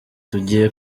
tugiye